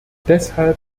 deshalb